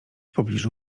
pobliżu